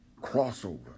crossover